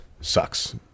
sucks